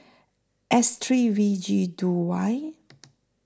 S three V G two Y